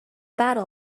battle